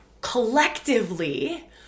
collectively